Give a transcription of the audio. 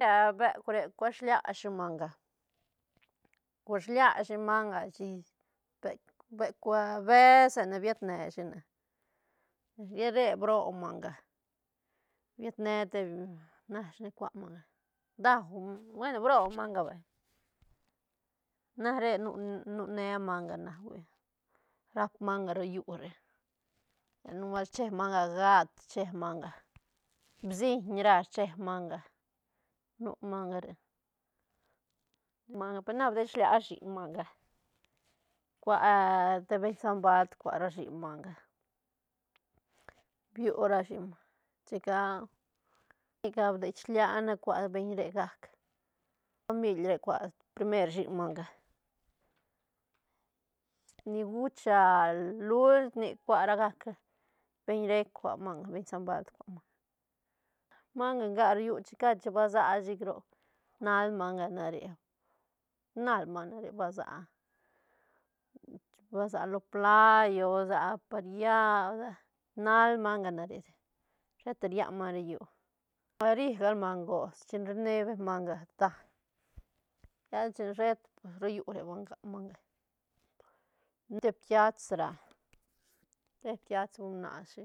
Ra beuk re cua shilia shi manga cua shilia shi manga chic beuk- beuk besene biet neshi ne lla re brob manga biet ne te nashi ne cua manga dau bueno brob manga vay na re nu- nu nea manga na hui rap manga ro llu re lla nubuelt rcheeb manga gat rcheeb manga bsiñ ra rcheeb manga nu manga re nu manga pe na deshlia shiñ manga cua te beñ san balt cua ra shiñ manga biu rashi chica nica desh liane cua beñ re gac te famil re cua primer shiñ manga ni guch luit nic cua ra gac beñ rec cua manga beñ san balt cua manga- manga nga ro llu chic cad chin basa chic roc nal manga na re nal manga na re ba sa- ba sa lo play o ba sa a paria ga nal manga na re sheta rian manga ro llu, ah ri gal manga gots chine rine manga daiñ lla chin sheta pues ro llu re ba nga manga te piats ra te piats ba nashi